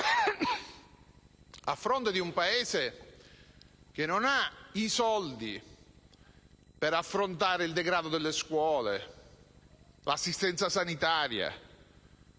a fronte di un Paese che non ha i soldi per affrontare il degrado delle scuole, per garantire l'assistenza sanitaria